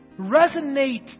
Resonate